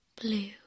Blue